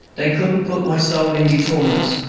dey couldn't put my soul in de torments,